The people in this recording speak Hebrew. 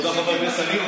תודה, חבר הכנסת סעיד.